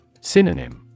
Synonym